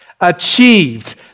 achieved